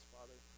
Father